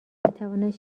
میتواند